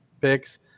picks